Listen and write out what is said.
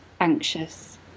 anxious